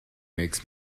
makes